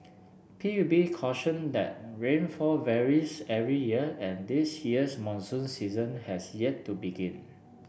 P U B cautioned that rainfall varies every year and this year's monsoon season has yet to begin